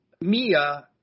Mia